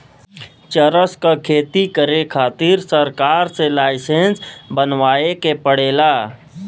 चरस क खेती करे खातिर सरकार से लाईसेंस बनवाए के पड़ेला